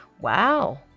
Wow